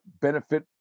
benefit